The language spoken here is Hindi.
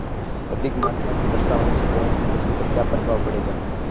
अधिक मात्रा की वर्षा होने से गेहूँ की फसल पर क्या प्रभाव पड़ेगा?